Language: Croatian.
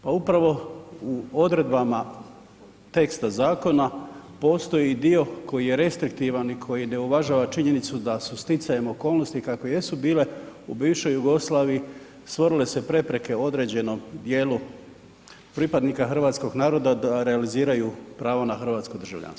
Pa upravo u odredbama teksta zakona postoji i dio koji je restriktivan i koji ne uvažava činjenicu da su stjecajem okolnosti kakve jesu bile u bivšoj Jugoslaviji stvorile se prepreke u određenom dijelu određenog pripadnika hrvatskog naroda da realiziraju pravo na hrvatsko državljanstvo.